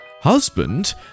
Husband